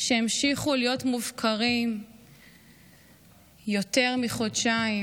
שהמשיכו להיות מופקרים יותר מחודשיים,